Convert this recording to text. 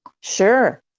sure